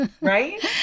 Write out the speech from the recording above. Right